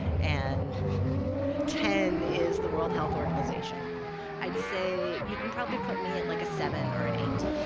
and ten is the world health organization i'd say you can probably put me at like a seven or an eight.